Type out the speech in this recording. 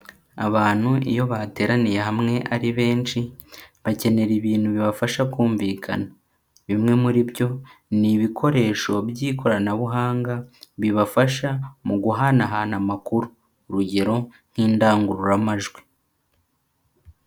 Abantu iyo bateraniye hamwe ari benshi bakenera ibintu bibafasha kumvikana, bimwe muri byo ni ibikoresho by'ikoranabuhanga bibafasha mu guhanahana amakuru, urugero nk'indangururamajwi.